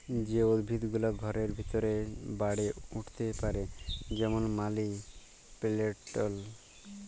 যে উদ্ভিদ গুলা ঘরের ভিতরে বাড়ে উঠ্তে পারে যেমল মালি পেলেলট